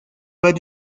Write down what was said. pas